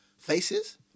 Faces